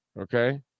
Okay